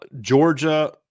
Georgia